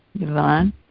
Yvonne